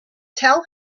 tell